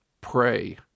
Pray